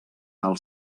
tal